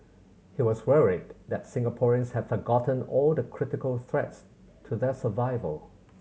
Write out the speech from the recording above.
he was worried that Singaporeans had forgotten all the critical threats to their survival